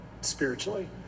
spiritually